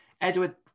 edward